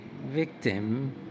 victim